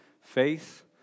faith